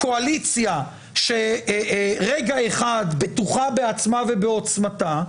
קואליציה שרגע אחד בטוחה בעצמה ובעוצמתה,